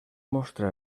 mostra